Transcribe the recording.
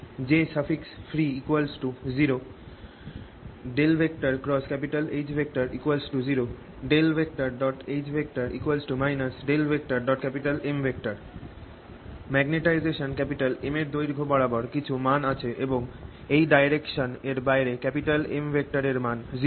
jfree 0 H0 H M magnetisation M এর দৈর্ঘ্য বরাবর কিছু মান আছে এবং এই ডাইরেকশন এর বাইরে M এর মান 0